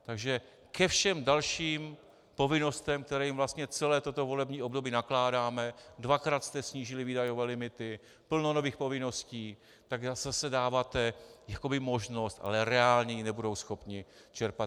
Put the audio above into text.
Takže ke všem dalším povinnostem, které jim vlastně celé toto volební období nakládáme, dvakrát jste snížili výdajové limity, plno nových povinností, tak dáváte jakoby možnost, ale reálně nebudou schopni ji čerpat.